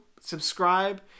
subscribe